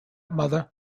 mother